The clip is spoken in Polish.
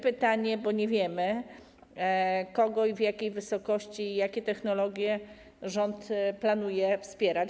Pytanie, bo nie wiemy, kogo, w jakiej wysokości i jakie technologie rząd planuje wspierać.